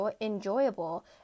enjoyable